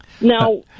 Now